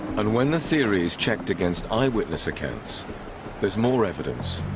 and when the theory's checked against eyewitness accounts there's more evidence